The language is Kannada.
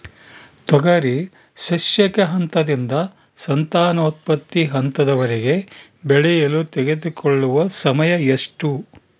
ತೊಗರಿ ಸಸ್ಯಕ ಹಂತದಿಂದ ಸಂತಾನೋತ್ಪತ್ತಿ ಹಂತದವರೆಗೆ ಬೆಳೆಯಲು ತೆಗೆದುಕೊಳ್ಳುವ ಸಮಯ ಎಷ್ಟು?